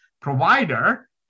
provider